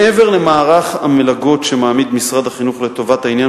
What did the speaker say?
מעבר למערך המלגות שמעמיד משרד החינוך לטובת העניין